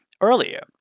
earlier